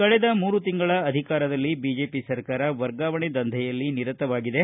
ಕಳೆದ ಮೂರು ತಿಂಗಳನ ಅಧಿಕಾರದಲ್ಲಿ ಬಿಜೆಪಿ ಸರಕಾರ ವರ್ಗಾವಣೆ ದಂಧೆಯಲ್ಲಿ ನಿರತವಾಗಿದೆ